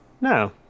No